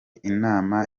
inama